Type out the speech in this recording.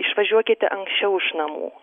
išvažiuokite anksčiau iš namų